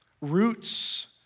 Roots